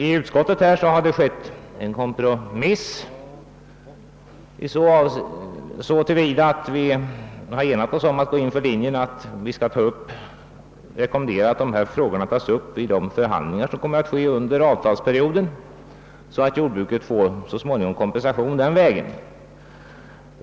I utskottet har gjorts en kompromiss så till vida att vi har enat oss om att gå in för att rekommendera att dessa frågor tas upp vid de förhandlingar, som kommer att äga rum under avtalsperioden, så att jordbruket så småningom får kompensation den vägen.